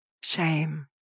shame